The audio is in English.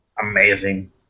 amazing